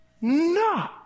No